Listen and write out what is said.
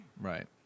Right